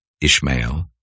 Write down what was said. Ishmael